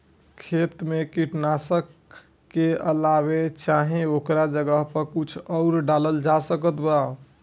खेत मे कीटनाशक के अलावे चाहे ओकरा जगह पर कुछ आउर डालल जा सकत बा?